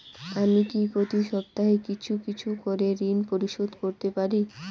আমি কি প্রতি সপ্তাহে কিছু কিছু করে ঋন পরিশোধ করতে পারি?